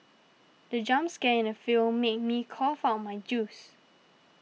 the jump scare in the film made me cough out my juice